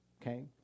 okay